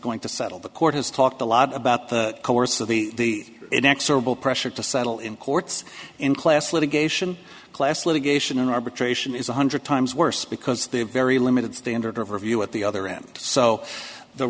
going to settle the court has talked a lot about the course of the inexorable pressure to settle in courts in class litigation class litigation in arbitration is one hundred times worse because they have very limited standard of review at the other end so the